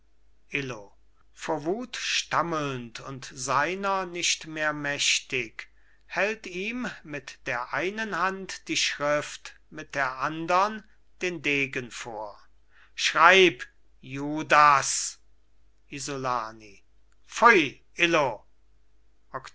illo vor wut stammelnd und seiner nicht mehr mächtig hält ihm mit der einen hand die schrift mit der andern den degen vor schreib judas isolani